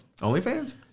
OnlyFans